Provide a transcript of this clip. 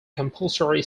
compulsory